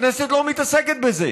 הכנסת לא מתעסקת בזה.